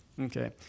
Okay